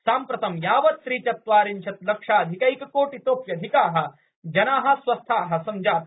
साम्प्रतं यावत् त्रि चत्वारिंशत् लक्षाधिकैक कोटितोप्यधिका जना स्वस्था संजाता